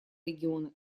региона